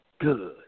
good